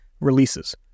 releases